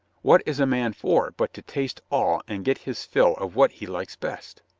what is a man for but to taste all and get his fill of what he likes best?